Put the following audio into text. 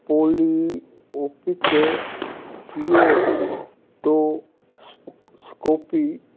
ਪੌਲੀਓਪਿਕ ਹੀਓਟੋ ਸਕੋਪੀ